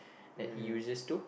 that he uses to